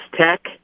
Tech